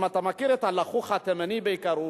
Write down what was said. אם אתה מכיר את הלחוח התימני בעיקר,